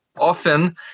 often